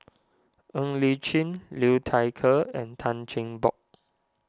Ng Li Chin Liu Thai Ker and Tan Cheng Bock